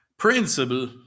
Principle